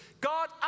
God